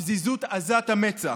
הפזיזות עזת המצח.